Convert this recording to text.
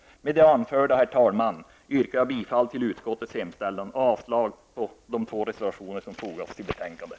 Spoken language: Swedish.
Med det anförda yrkar jag bifall till utskottets hemställan och avslag på de två reservationer som fogats till betänkandet.